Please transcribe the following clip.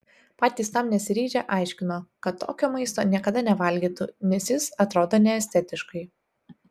patys tam nesiryžę aiškino kad tokio maisto niekada nevalgytų nes jis atrodo neestetiškai